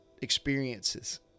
Experiences